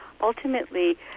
ultimately